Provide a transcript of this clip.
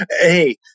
Hey